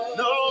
no